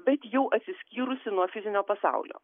bet jau atsiskyrusi nuo fizinio pasaulio